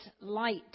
light